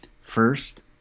First